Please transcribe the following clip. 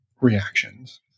reactions